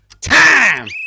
time